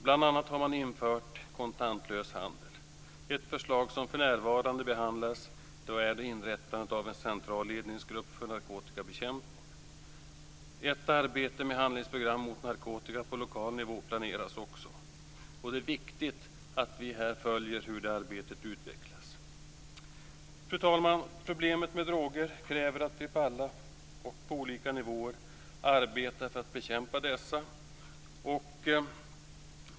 Bl.a. har man infört kontantlös handel. Ett förslag som för närvarande behandlas är inrättandet av en central ledningsgrupp för narkotikabekämpning. Ett arbete med handlingsprogram mot narkotika på lokal nivå planeras också. Det är viktigt att vi här följer hur det arbetet utvecklas. Fru talman! Problemet med droger kräver att vi på alla olika nivåer arbetar för att bekämpa dessa.